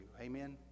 Amen